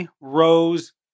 Rose